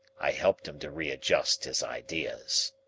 i helped him to readjust his ideas.